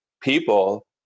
people